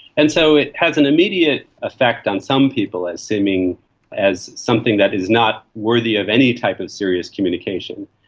and so it has an immediate effect on some people as seeming as something that is not worthy of any type of serious communication.